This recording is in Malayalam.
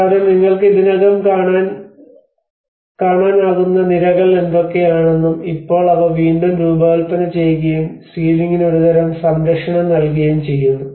കൂടാതെ നിങ്ങൾക്ക് ഇതിനകം കാണാനാകുന്ന നിരകൾ എന്തൊക്കെയാണെന്നും ഇപ്പോൾ അവ വീണ്ടും രൂപകൽപ്പന ചെയ്യുകയും സീലിംഗിന് ഒരുതരം സംരക്ഷണം നൽകുകയും ചെയ്യുന്നു